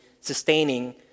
sustaining